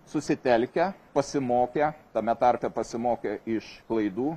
susitelkę pasimokę tame tarpe pasimokę iš klaidų